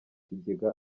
kigega